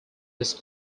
his